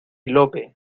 lope